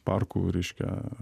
parkų reiškia